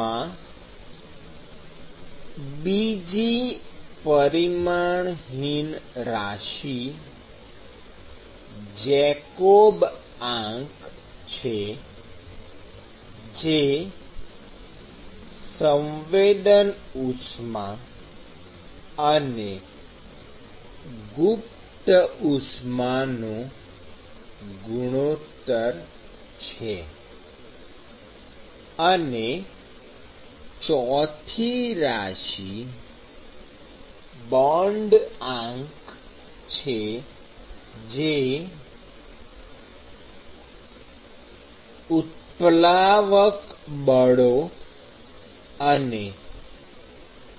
માં બીજી પરિમાણહીન રાશિ જેકોબ આંક છે જે સંવેદન ઉષ્મા અને ગુપ્ત ઉષ્મા નો ગુણોત્તર છે અને ચોથી રાશિ બોન્ડ આંક છે જે ઉત્પ્લાવક બળો અને